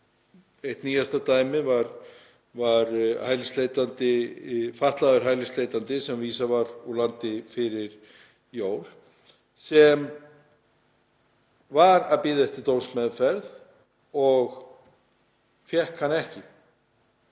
eitt nýjasta dæmið var fatlaður hælisleitandi sem vísað var úr landi fyrir jól sem var að bíða eftir dómsmeðferð og fékk hana ekki